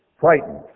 frightened